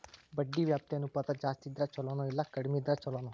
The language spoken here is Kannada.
ಬಡ್ಡಿ ವ್ಯಾಪ್ತಿ ಅನುಪಾತ ಜಾಸ್ತಿ ಇದ್ರ ಛಲೊನೊ, ಇಲ್ಲಾ ಕಡ್ಮಿ ಇದ್ರ ಛಲೊನೊ?